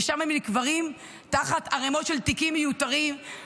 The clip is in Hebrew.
ושם הם נקברים תחת ערמות של תיקים מיותרים,